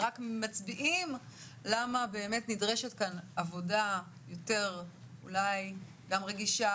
ורק מצביעים למה באמת נדרשת כאן עבודה יותר אולי גם רגישה,